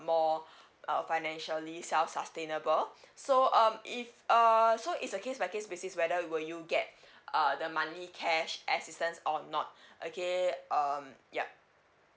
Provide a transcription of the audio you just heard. more uh financially self sustainable so um if err so it's a case by case basis whether will you get err the money cash assistance or not okay um yup